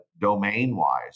domain-wise